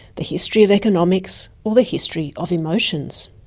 the history of economics, or the history of emotions.